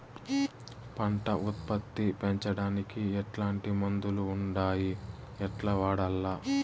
పంట ఉత్పత్తి పెంచడానికి ఎట్లాంటి మందులు ఉండాయి ఎట్లా వాడల్ల?